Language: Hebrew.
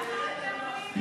למה אתם עולים להר-הבית,